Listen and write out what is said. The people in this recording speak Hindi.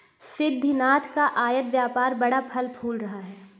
सिद्धिनाथ का आयत व्यापार बड़ा फल फूल रहा है